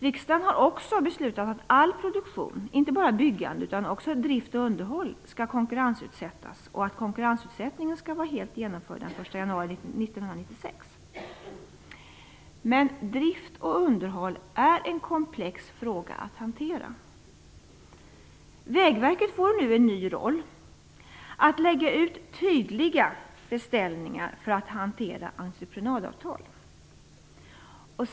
Riksdagen har också beslutat att all produktion, inte bara byggande utan också drift och underhåll, skall konkurrensutsättas och att konkurrensutsättningen skall vara helt genomförd den 1 januari Drift och underhåll är en komplex fråga att hantera. Vägverket får nu en ny roll, att lägga ut tydliga beställningar och att hantera entreprenadavtal.